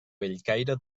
bellcaire